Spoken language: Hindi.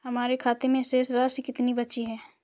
हमारे खाते में शेष राशि कितनी बची है?